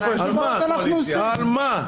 על מה?